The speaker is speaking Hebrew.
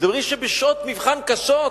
מדברים על כך שבשעות מבחן קשות